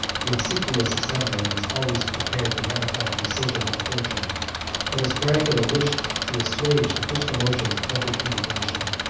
the obsequious assembly was always prepared to ratify the decision of fortune but as caracalla wished to assuage the first emotions of public indignation,